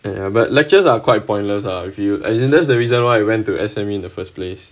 and ya but lectures are quite pointless lah if you as in that's the reason why I went to S_M_E in the first place